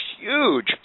huge